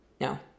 no